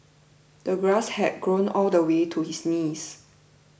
the grass had grown all the way to his knees